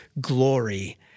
glory